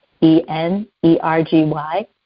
E-N-E-R-G-Y